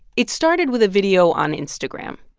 it started with a video on instagram